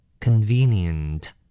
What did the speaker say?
convenient